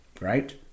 right